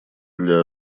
для